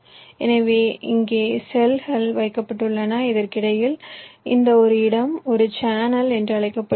எனவே இங்கே செல்கள் வைக்கப்பட்டுள்ளன இதற்கிடையில் இந்த இடம் ஒரு சேனல் என்று அழைக்கப்படுகிறது